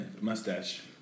mustache